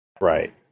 Right